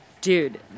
Dude